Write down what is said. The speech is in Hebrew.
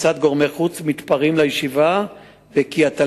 כעבור כמה שעות פשטו עליה שוטרים,